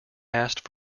asked